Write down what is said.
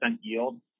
yield